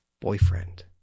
boyfriend